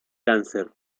cáncer